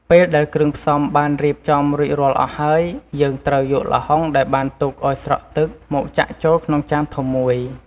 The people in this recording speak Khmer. ពេលដែលគ្រឿងផ្សំបានរៀបចំរួចរាល់អស់ហើយ យើងត្រូវយកល្ហុងដែលបានទុកឱ្យស្រក់ទឹកមកចាក់ចូលក្នុងចានធំមួយ។